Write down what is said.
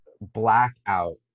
blackout